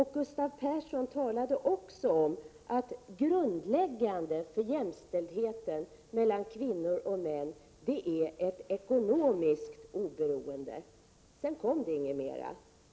Han talade vidare om att grundläggande för jämställdheten mellan kvinnor och män är ett ekonomiskt oberoende. Sedan kom det inget mera.